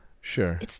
sure